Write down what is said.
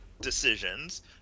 decisions